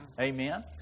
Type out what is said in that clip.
Amen